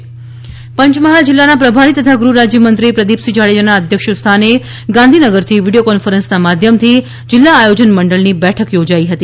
પંચમહાલ આયોજન પંચમહાલ જિલ્લાના પ્રભારી તથા ગૃહ રાજ્યમંત્રીશ્રી પ્રદિપસિંહ જાડેજાના અધ્યક્ષસ્થાને ગાંધીનગરથી વિડીયો કોન્ફરન્સનાં માધ્યમથી જિલ્લા આયોજન મંડળની બેઠક યોજાઈ હતી